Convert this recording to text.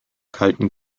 kalten